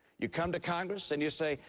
you come to congress and you say,